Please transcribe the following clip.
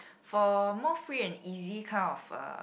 for more free and easy kind of a